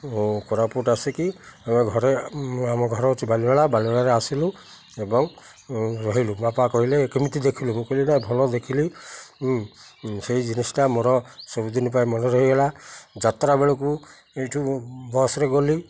କୋରାପୁଟ ଆସିକି ଆମେ ଘରେ ଆମ ଘର ହେଉଛି ବାଲିମେଳା ବାଲିମେଳାରେ ଆସିଲୁ ଏବଂ ରହିଲୁ ବାପା କହିଲେ କେମିତି ଦେଖିଲୁ ମୁଁ କହିଲି ଏଇଟା ଭଲ ଦେଖିଲି ସେଇ ଜିନିଷଟା ମୋର ସବୁଦିନ ପାଇଁ ମନେ ରହିଗଲା ଯାତ୍ରା ବେଳକୁ ଏଇଠୁ ବସ୍ରେ ଗଲି